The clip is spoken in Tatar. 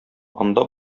анда